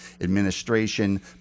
administration